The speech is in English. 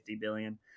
billion